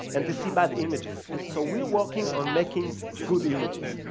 and they see bad images. so we're working on making good images.